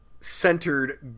Centered